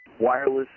wireless